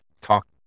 talk